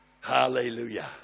Hallelujah